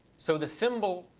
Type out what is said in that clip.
so the symbol,